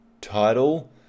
title